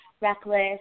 reckless